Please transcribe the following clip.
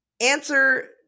answer